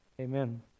Amen